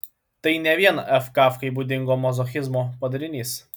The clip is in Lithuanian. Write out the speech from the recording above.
tai ne vien f kafkai būdingo mazochizmo padarinys